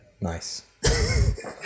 nice